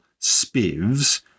SPIVs